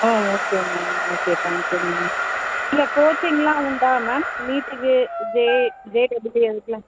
ஆ okay ma'am okay thank you ma'am இல்லை கோச்சிங்குலாம் உண்டா மேம் நீட்டுக்கு இது ஜே டபுள் இ அதுக்குலாம்